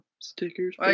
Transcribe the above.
Stickers